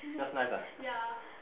just nice ah